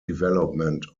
development